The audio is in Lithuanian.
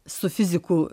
su fizikų